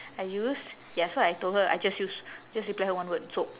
I use ya so I told her I just use just reply her one word soap